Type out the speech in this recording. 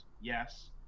Yes